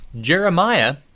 Jeremiah